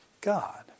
God